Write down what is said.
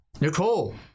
Nicole